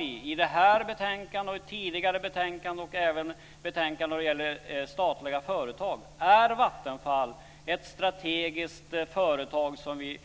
I det här betänkandet, i tidigare betänkanden och även i betänkanden om statliga företag har vi sagt att Vattenfall är ett strategiskt företag som vi